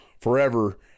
forever